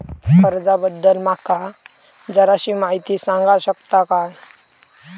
कर्जा बद्दल माका जराशी माहिती सांगा शकता काय?